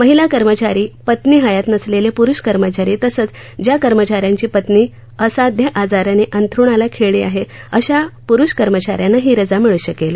महिला कर्मचारी पत्नी हयात नसलेले प्रुष कर्मचारी तसंच ज्या कर्मचाऱ्याची पत्नी असाध्य आजारानं अंथरुणाला खिळली आहे अशा प्रुष कर्मचाऱ्यांना ही रजा मिळू शकेल